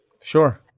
Sure